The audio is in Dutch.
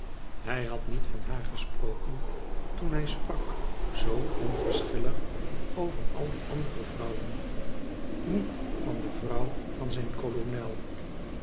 hij had niet van haar gesproken toen hij sprak zoo onverschilig over al die andere vrouwen niet van de vrouw van zijn kolonel